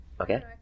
Okay